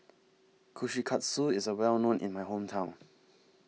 Kushikatsu IS A Well known in My Hometown